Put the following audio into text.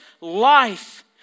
life